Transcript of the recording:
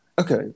okay